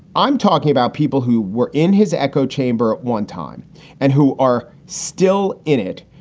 i'm talking about people who were in his echo chamber at one time and who are still in it,